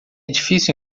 difícil